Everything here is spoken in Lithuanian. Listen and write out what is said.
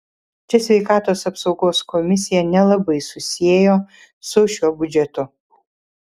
čia sveikatos apsaugos komisija nelabai susiejo su šiuo biudžetu